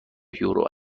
یورو